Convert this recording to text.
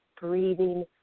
breathing